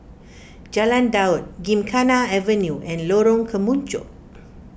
Jalan Daud Gymkhana Avenue and Lorong Kemunchup